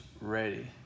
ready